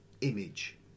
image